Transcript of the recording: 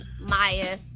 Maya